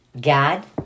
God